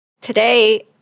today